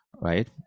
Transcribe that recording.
right